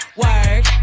work